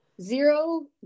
Zero